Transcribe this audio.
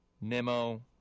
Nemo